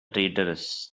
traitorous